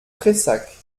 prayssac